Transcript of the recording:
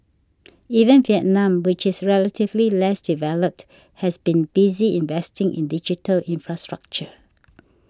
even Vietnam which is relatively less developed has been busy investing in digital infrastructure